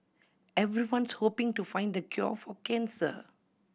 everyone's hoping to find the cure for cancer